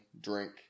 drink